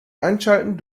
einschalten